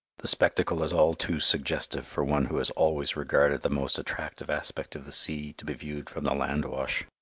the spectacle is all too suggestive for one who has always regarded the most attractive aspect of the sea to be viewed from the landwash.